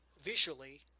visually